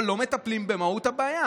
אבל לא מטפלים במהות הבעיה.